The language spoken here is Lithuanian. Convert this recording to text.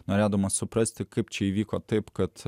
norėdamas suprasti kaip čia įvyko taip kad